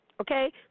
okay